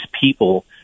people